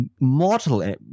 mortal